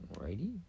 righty